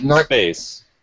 space